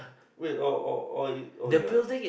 wait oh oh oh it oh ya